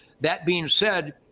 that being said,